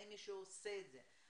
האם מישהו עושה את זה,